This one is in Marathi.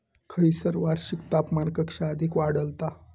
खैयसर वार्षिक तापमान कक्षा अधिक आढळता?